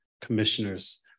Commissioners